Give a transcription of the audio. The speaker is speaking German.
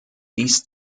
dies